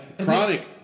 Chronic